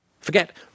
Forget